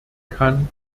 kann